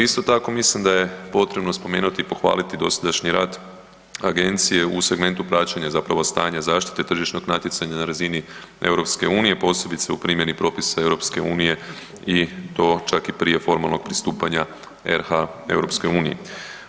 Isto tako, mislim da je potrebno spomenuti i pohvaliti dosadašnji rad agencije u segmentu praćenja zapravo stanja zaštite tržišnog natjecanja na razini EU-a, posebice u primjeni propisa EU-a i to čak i prije formalnog pristupanja RH EU-u.